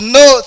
no